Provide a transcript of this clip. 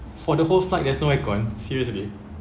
for the whole flight there's no aircon seriously